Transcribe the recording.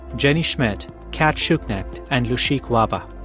jenny schmidt, cat schuknecht and lushik wahba.